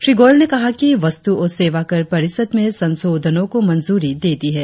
श्री गोयल ने कहा कि वस्तु और सेवाकर परिषद में संशोधनों को मंजूरी दे दी है